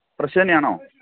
fresh തന്നെയാണോ